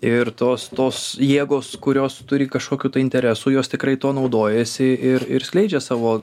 ir tos tos jėgos kurios turi kažkokių interesų jos tikrai tuo naudojasi ir ir skleidžia savo